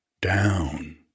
down